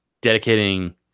dedicating